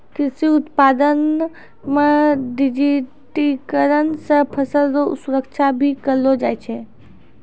कृषि उत्पादन मे डिजिटिकरण से फसल रो सुरक्षा भी करलो जाय छै